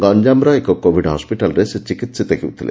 ଗଞାମର ଏକ କୋଭିଡ୍ ହସ୍ପିଟାଲରେ ସେ ଚିକିିିତ ହେଉଥିଲେ